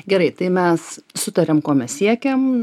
gerai tai mes sutariam ko mes siekiam